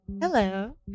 Hello